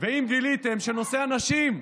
ואם גיליתם שהנשים,